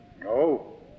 No